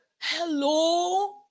Hello